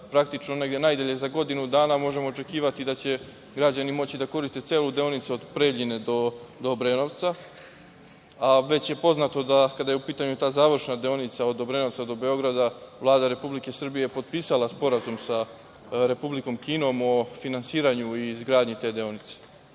praktično negde najdalje za godinu dana možemo očekivati da će građani moći da koriste celu deonicu od Preljina do Obrenovca. Već je poznato da kada je u pitanju ta završna deonica od Obrenovca do Beograda, Vlada Republike Srbije potpisala sporazum sa Republikom Kinom o finansiranju i izgradnji te deonice. Nadam